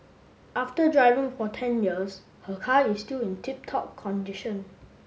after driving for ten years her car is still in tip top condition